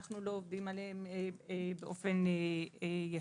אנחנו לא עובדים עליהם באופן ישיר,